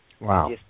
Wow